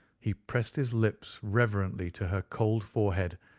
he pressed his lips reverently to her cold forehead,